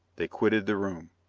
they quitted the room.